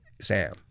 Sam